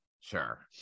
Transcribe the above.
Sure